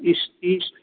इस इस